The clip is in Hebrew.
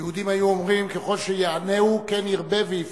היהודים היו אומרים: ככל שיענוהו כן ירבה ויפרוץ.